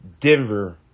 Denver